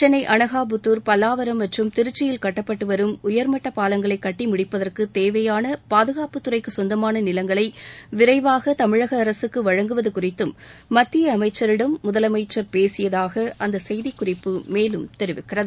சென்னை அனகாபுத்தூர் பல்லாவரம் மற்றும் திருச்சியில் கட்டப்பட்டு வரும் உயர்மட்டப் பாலங்களை கட்டி முடிப்பதற்கு தேவையான பாதுகாப்பு துறைக்குச் சொந்தமான நிலங்களை விரைவாக தமிழக அரசுக்கு வழங்குவது குறித்தும் மத்திய அமைச்சரிடம் முதலமைச்சர் பேசியதாக அந்த செய்திக்குறிப்பு மேலும் தெரிவிக்கிறது